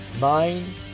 Nine